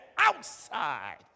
outside